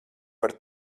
par